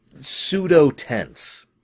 pseudo-tense